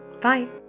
Bye